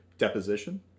Deposition